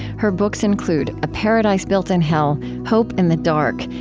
her books include a paradise built in hell, hope in the dark,